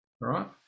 right